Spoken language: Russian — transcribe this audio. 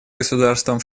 государствам